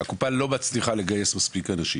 הקופה לא מצליחה לגייס מספיק אנשים,